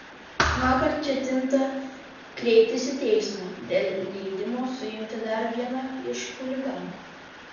vakar ketinta kreiptis į teismą dėl leidimo suimti dar vieną iš chuliganų